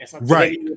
Right